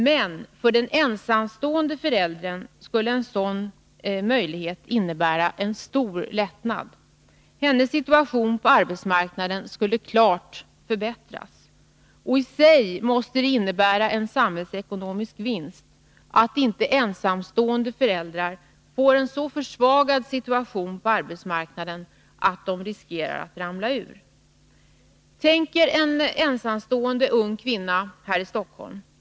Men — för en ensamstående förälder skulle en sådan möjlighet innebära en stor lättnad. Hennes situation på arbetsmarknaden skulle klart förbättras. I sig måste det innebära en samhällsekonomisk vinst, att inte ensamstående föräldrar får en så försvagad situation på arbetsmarknaden att de riskerar att ”ramla ur”. Tänk er en ensamstående ung kvinna här i Stockholm.